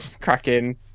cracking